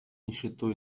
нищетой